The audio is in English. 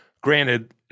granted